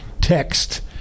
text